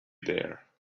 there